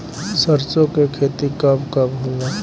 सरसों के खेती कब कब होला?